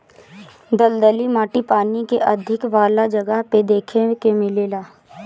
दलदली माटी पानी के अधिका वाला जगह पे देखे के मिलेला